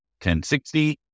1060